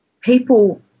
people